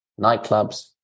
nightclubs